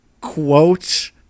quote